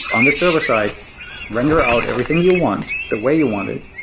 on the server-side, render out everything you want, the way you want it,